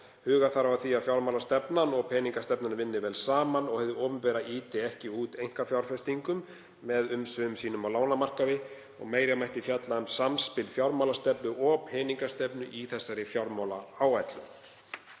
Huga þarf að því að fjármálastefna og peningastefna vinni vel saman og hið opinbera ýti ekki út einkafjárfestingum með umsvifum sínum á lánamarkaði og meira mætti fjalla um samspil fjármálastefnu og peningastefnu í þessari fjármálaáætlun.